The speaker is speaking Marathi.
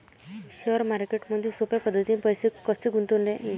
शेअर मार्केटमधी सोप्या पद्धतीने पैसे कसे गुंतवता येईन?